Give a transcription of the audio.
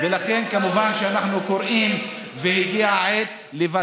מה הוא יודע על דמוקרטיה?